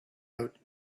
out